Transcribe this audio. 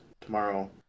tomorrow